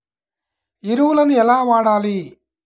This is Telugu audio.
ఎరువులను ఎలా వాడాలి?